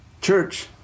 Church